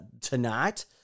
tonight